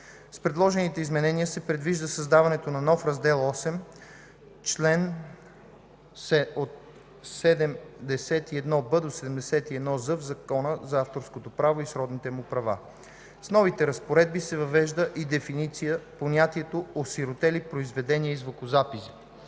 С предложените изменения се предвижда създаването на нов раздел VIII (чл. от 71б до 71з) в Закона за авторското право и сродните му права. С новите разпоредби се въвежда и дефинира понятието „осиротели произведения и звукозаписи”